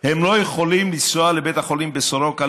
הם לא יכולים לנסוע לבית החולים בסורוקה,